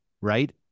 right